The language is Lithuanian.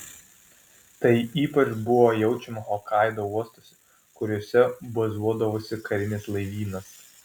tai ypač buvo jaučiama hokaido uostuose kuriuose bazuodavosi karinis laivynas